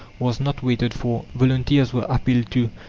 was not waited for. volunteers were appealed to,